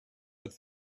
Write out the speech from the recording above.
but